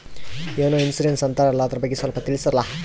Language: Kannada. ಏನೋ ಇನ್ಸೂರೆನ್ಸ್ ಅಂತಾರಲ್ಲ, ಅದರ ಬಗ್ಗೆ ಸ್ವಲ್ಪ ತಿಳಿಸರಲಾ?